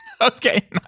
Okay